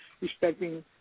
respecting